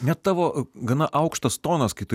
net tavo gana aukštas tonas kai tu